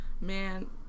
Man